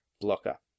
Blocker